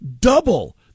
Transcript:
double